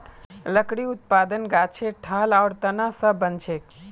लकड़ी उत्पादन गाछेर ठाल आर तना स बनछेक